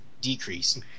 decrease